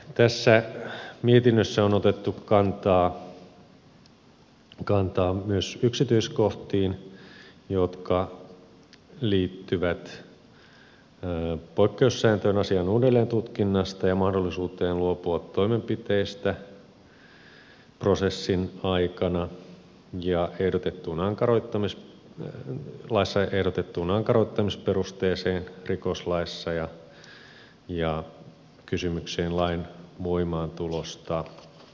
tässä mietinnössä on otettu kantaa myös yksityiskohtiin jotka liittyvät poikkeussääntöön asian uudelleen tutkinnasta ja mahdollisuuteen luopua toimenpiteistä prosessin aikana ja ehdotetun ankara että myös muihin laissa ehdotettuun ankaroittamisperusteeseen rikoslaissa ja kysymykseen lain voimaantulosta